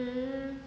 mm